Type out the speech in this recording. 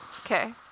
Okay